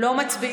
לא מצביעים.